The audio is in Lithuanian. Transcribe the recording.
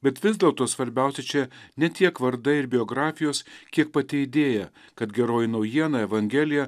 bet vis dėlto svarbiausia čia ne tiek vardai ir biografijos kiek pati idėja kad geroji naujiena evangelija